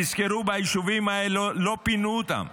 תזכרו, ביישובים האלה לא פינו אותם.